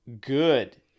good